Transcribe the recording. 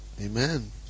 Amen